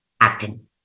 acting